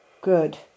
Good